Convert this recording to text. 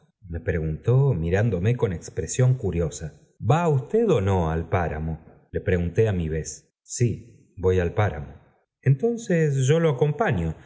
me preguntó mirándome con expresión curiosa va usted o no al páramo le pregunté á mi vez sí voy al páramo entonces yo lo acompaño